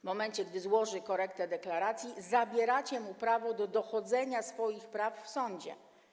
W momencie gdy podatnik złoży korektę deklaracji, zabieracie mu prawo do dochodzenia swoich praw w sądzie.